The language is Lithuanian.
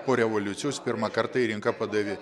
po revoliucijos pirmą kartą į rinką padavė